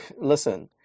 Listen